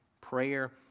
Prayer